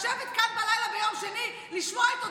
לשבת כאן בלילה ביום שני,